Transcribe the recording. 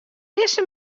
dizze